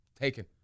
taken